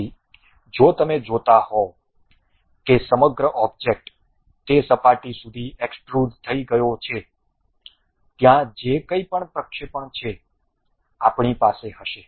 તેથી જો તમે જોતા હોવ કે સમગ્ર ઓબ્જેક્ટ તે સપાટી સુધી એક્સ્ટ્રુડ થઈ ગયો છે ત્યાં જે કંઇપણ પ્રક્ષેપણ છે આપણી પાસે હશે